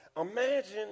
Imagine